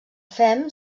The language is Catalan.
fem